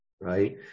right